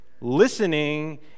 Listening